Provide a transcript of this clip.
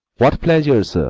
what pleasure,